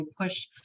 push